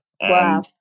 wow